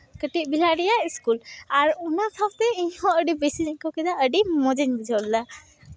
ᱠᱟᱹᱴᱤᱡ ᱵᱮᱞᱟ ᱨᱮᱭᱟᱜ ᱤᱥᱠᱩᱞ ᱟᱨ ᱚᱱᱟ ᱥᱟᱶᱛᱮ ᱤᱧᱦᱚᱸ ᱟᱹᱰ ᱵᱮᱥ ᱤᱧ ᱟᱹᱭᱠᱟᱹᱣ ᱠᱮᱫᱟ ᱟᱹᱰᱤ ᱢᱚᱡᱽ ᱤᱧ ᱵᱩᱡᱷᱟᱹᱣ ᱞᱮᱫᱟ